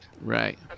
Right